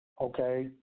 okay